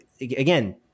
again